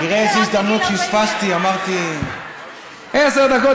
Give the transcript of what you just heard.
גם לי היו רק בגיל 41. עשר דקות,